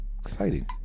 Exciting